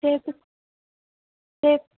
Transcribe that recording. చేపిచ్ చేపి